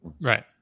right